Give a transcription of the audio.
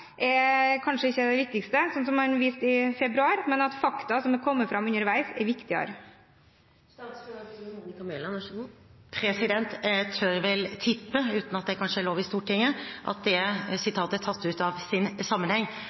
kanskje ikke er det viktigste, slik man viste i februar, men at fakta som har kommet fram underveis, er viktigere? Jeg tør vel tippe, uten at det kanskje er lov i Stortinget, at det sitatet er tatt ut av sin sammenheng.